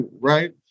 right